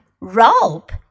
rope